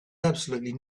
absolutely